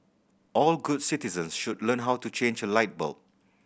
all good citizens should learn how to change a light bulb